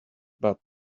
but